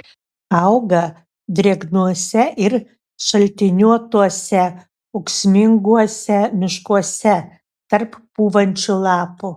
auga drėgnuose ir šaltiniuotuose ūksminguose miškuose tarp pūvančių lapų